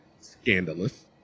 scandalous